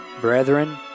brethren